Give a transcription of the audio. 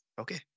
okay